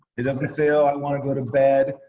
it doesn't say, i wanna go to bed.